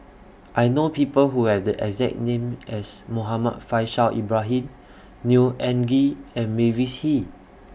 I know People Who Have The exact name as Muhammad Faishal Ibrahim Neo Anngee and Mavis Hee